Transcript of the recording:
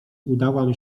udałam